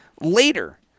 later